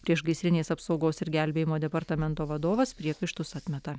priešgaisrinės apsaugos ir gelbėjimo departamento vadovas priekaištus atmeta